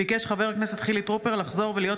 ביקש חבר הכנסת חילי טרופר לחזור ולהיות